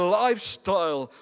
lifestyle